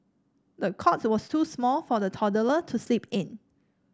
the cot was too small for the toddler to sleep in